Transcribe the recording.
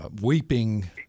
weeping